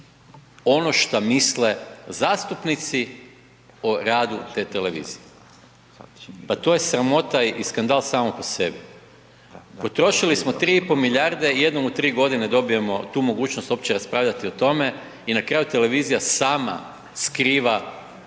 ono šta misle zastupnici o radu te televizije, pa to je sramota i skandal samo po sebi. Potrošili smo 3 i po milijarde, jednom u 3.g. dobijemo tu mogućnost uopće raspravljati o tome i na kraju televizija sama skriva